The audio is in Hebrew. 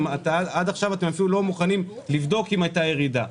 עד עכשיו אתם אפילו לא מוכנים לבדוק אם הייתה ירידה,